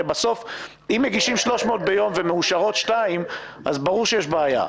בסוף אם מגישים 300 ביום ומאושרות שתיים אז ברור שיש בעיה.